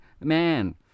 man